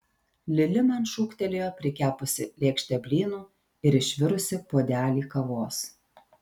lili man šūktelėjo prikepusi lėkštę blynų ir išvirusi puodelį kavos